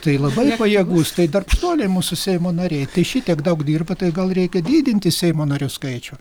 tai labai pajėgūs tai darbštuoliai mūsų seimo nariai tai šitiek daug dirba tai gal reikia didinti seimo narių skaičių